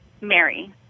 Mary